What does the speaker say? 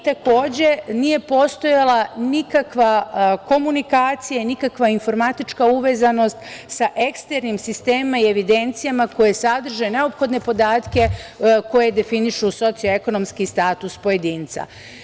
Takođe, nije postojala nikakva komunikacija, nikakva informatička uvezanost sa eksternim sistemima i evidencijama koje sadrže neophodne podatke koje definišu socioekonomski status pojedinca.